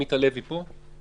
עמית הלוי פה?